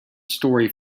story